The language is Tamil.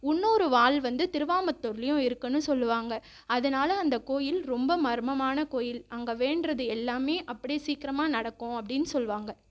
இன்னோரு வால் வந்து திருவாமத்தூர்லையும் இருக்குன்னு சொல்லுவாங்க அதனால் அந்த கோயில் ரொம்ப மர்மமான கோயில் அங்கே வேண்டுறது எல்லாமே அப்படே சீக்கிரமாக நடக்கும் அப்படின்னு சொல்லுவாங்க